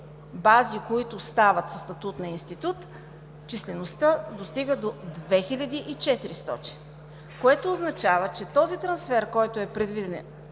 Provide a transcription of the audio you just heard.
бази, които стават със статут на институт, числеността достига до 2400. Което означава, че този трансфер, който е предвиден